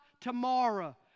tomorrow